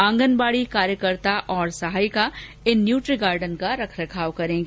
आंगनबड़ी कार्यकर्ता और सहायिका इन न्यूट्री गार्डन का रखरखाव करेंगी